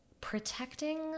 protecting